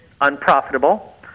unprofitable